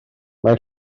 mae